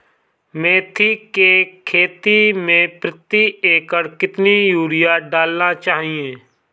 मेथी के खेती में प्रति एकड़ कितनी यूरिया डालना चाहिए?